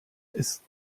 ist